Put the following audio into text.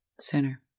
sooner